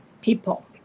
people